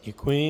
Děkuji.